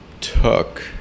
took